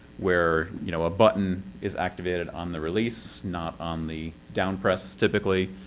where you know a button is activated on the release, not on the downpress, typically,